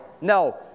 No